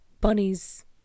bunnies